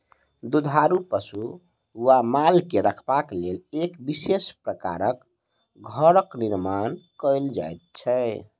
दुधारू पशु वा माल के रखबाक लेल एक विशेष प्रकारक घरक निर्माण कयल जाइत छै